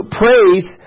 praise